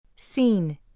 seen